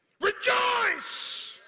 Rejoice